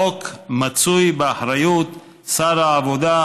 החוק מצוי באחריות שר העבודה,